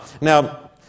Now